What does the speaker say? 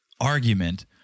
argument